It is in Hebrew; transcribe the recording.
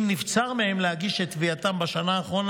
אם נבצר מהם להגיש את תביעתם בשנה האחרונה